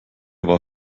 war